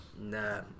Nah